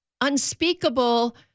unspeakable